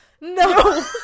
No